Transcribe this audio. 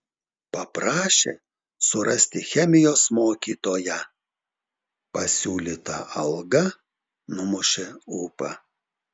paprašė surasti chemijos mokytoją pasiūlyta alga numušė ūpą